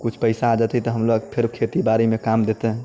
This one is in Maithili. किछु पैसा आ जेतै तऽ हमलोग फेर खेती बाड़ीमे काम देतै